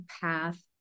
path